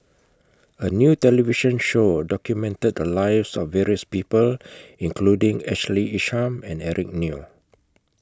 A New television Show documented The Lives of various People including Ashley Isham and Eric Neo